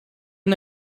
n’a